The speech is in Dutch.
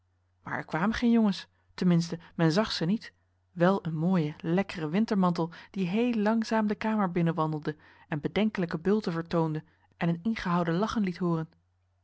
maar er kwamen geen jongens ten minste men zag ze niet wel een mooien lekkeren wintermantel die heel langzaam de kamer binnen wandelde en bedenkelijke bulten vertoonde en een ingehouden lachen liet hooren